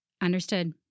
Understood